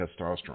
testosterone